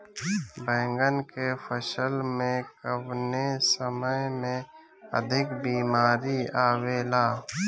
बैगन के फसल में कवने समय में अधिक बीमारी आवेला?